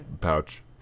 pouch